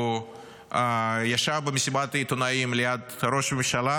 הוא ישב במסיבת עיתונאים ליד ראש הממשלה